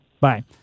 Bye